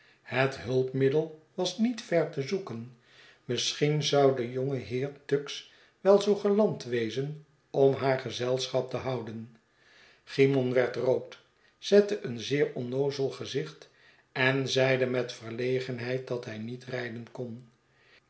het hulpmiddel was niet ver te zoeken misschien zou de jonge heer tuggs wel zoo galant wezen om haar gezelschap te houden cymon werd rood zette een zeer onnoozel gezicht en zeide met verlegenheid dat hij niet ryden kon